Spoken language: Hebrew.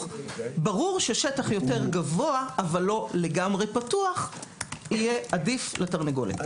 - ברור ששטח יותר גבוה אבל לא לגמרי פתוח יהיה עדיף לתרנגולת.